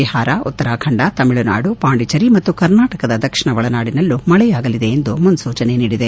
ಬಿಹಾರ ಉತ್ತರಾಖಂಡ ತಮಿಳುನಾಡು ಪಾಂಡಿಚೇರಿ ಮತ್ತು ಕರ್ನಾಟಕದ ದಕ್ಷಿಣ ಒಳನಾಡಿನಲ್ಲೂ ಮಳೆಯಾಗಲಿದೆ ಎಂದು ಮುನೂಚನೆ ನೀಡಿದೆ